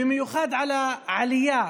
במיוחד על העלייה